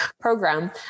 program